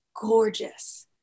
gorgeous